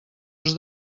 els